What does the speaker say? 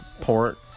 port